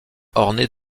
ornés